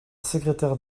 secrétaire